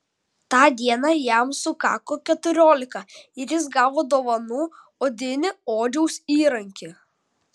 tą dieną jam sukako keturiolika ir jis gavo dovanų odinį odžiaus įrankį